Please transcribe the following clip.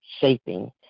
shaping